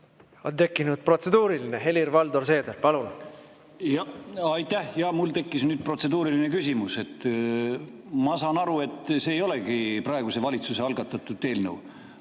On tekkinud protseduuriline. Helir-Valdor Seeder, palun! Aitäh! Jaa, mul tekkis nüüd protseduuriline küsimus. Ma saan aru, et see ei olegi praeguse valitsuse algatatud eelnõu.